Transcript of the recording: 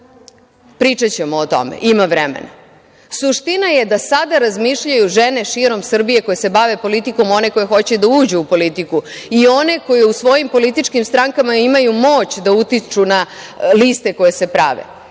pričaćemo o tome, ima vremena. Suština je da sada razmišljaju žene širom Srbije koje se bave politikom one koje hoće da uđu u politiku i one koje u svojim političkim strankama imaju moć da utiču na liste koje se prave,